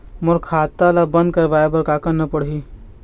मोर खाता ला बंद करवाए बर का करना पड़ही?